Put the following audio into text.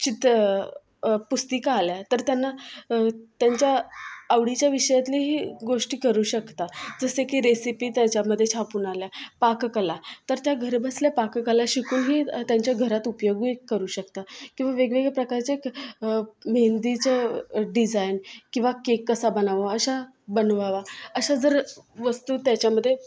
चित्तं पुस्तिका आल्या तर त्यांना त्यांच्या आवडीच्या विषयातलीही गोष्टी करू शकता जसे की रेसिपी त्याच्यामध्ये छापून आल्या पाककला तर त्या घरबसल्या पाककला शिकूही त्यांच्या घरात उपयोगही करू शकता किंवा वेगवेगळे प्रकारचे मेहेंदीचं डिजाईन किंवा केक कसा बनावा अशा बनवावा अशा जर वस्तू त्याच्यामध्ये